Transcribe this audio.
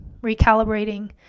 recalibrating